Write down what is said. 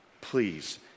Please